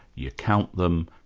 you count them,